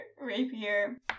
rapier